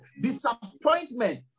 disappointment